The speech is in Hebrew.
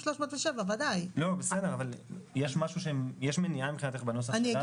307. אבל יש מניעה מבחינתך לנוסח שלנו?